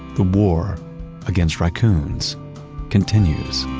the war against raccoons continues